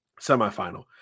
semifinal